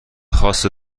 خاص